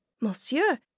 monsieur